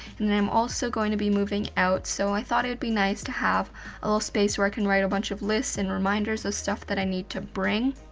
and then i'm also going to be moving out. so i thought it would be nice to have a little space work, and write a bunch of lists, and reminders of stuff that i need to bring,